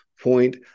point